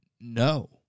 no